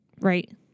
Right